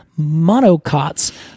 monocots